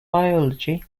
biology